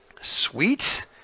Sweet